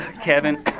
Kevin